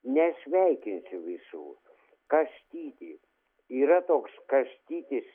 nesveikinsiu visų kastytį yra toks kastytis